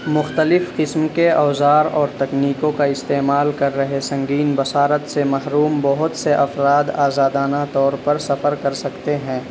مختلف قسم کے اوزار اور تکنیکوں کا استعمال کر رہے سنگین بصارت سے محروم بہت سے افراد آزادانہ طور پر سفر کر سکتے ہیں